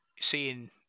seeing